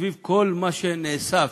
סביב כל מה שנאסף.